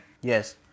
yes